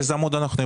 באיזה עמוד אנחנו?